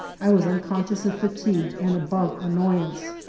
i was unconscious of fatigue and above annoyance.